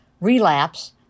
relapse